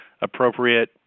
appropriate